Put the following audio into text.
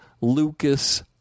Lucas